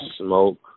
smoke